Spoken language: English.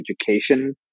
education